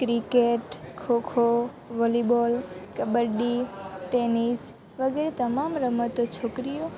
cricket kho kho volleyball kabaddi tennis વગેરે તમામ રમતો છોકરીઓ